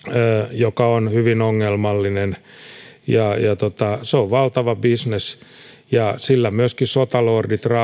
joka on hyvin ongelmallinen se on valtava bisnes sillä myöskin sotalordit